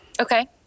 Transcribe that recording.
Okay